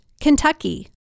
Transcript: Kentucky